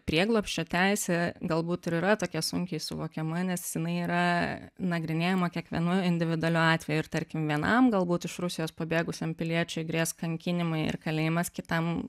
prieglobsčio teisė galbūt ir yra tokia sunkiai suvokiama nes jinai yra nagrinėjama kiekvienu individualiu atveju ir tarkim vienam galbūt iš rusijos pabėgusiam piliečiui grės kankinimai ir kalėjimas kitam